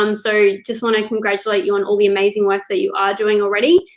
um so just wanna congratulate you on all the amazing work that you are doing already,